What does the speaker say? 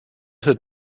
had